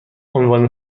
عنوان